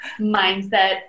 mindset